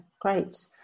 great